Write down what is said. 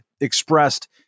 expressed